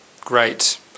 great